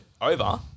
over